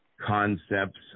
concepts